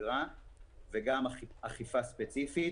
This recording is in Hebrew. שבשגרה וגם אכיפה ספציפית.